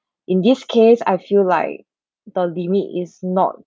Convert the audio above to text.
in this case I feel like the limit is not